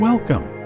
Welcome